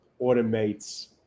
automates